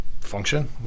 function